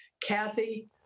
Kathy